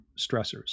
stressors